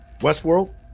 Westworld